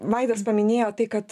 vaidas paminėjo tai kad